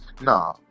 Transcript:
Nah